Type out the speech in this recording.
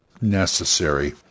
necessary